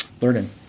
Learning